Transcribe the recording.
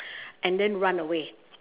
and then run away